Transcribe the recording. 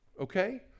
Okay